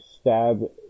stab